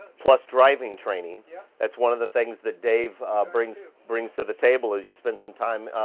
plus driving training, yeah that's one of the things that dave brings brings to the table. as you spend some time